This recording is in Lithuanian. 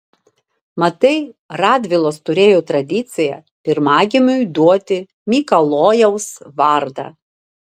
matai radvilos turėjo tradiciją pirmagimiui duoti mikalojaus vardą